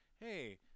hey